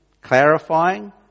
clarifying